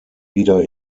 wieder